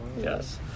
yes